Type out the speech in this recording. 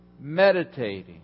meditating